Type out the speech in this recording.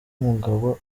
umugabo